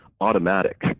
automatic